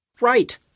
Right